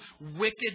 wicked